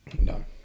No